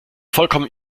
vollkommen